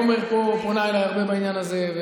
עומר פה פונה אליי הרבה בעניין הזה,